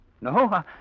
No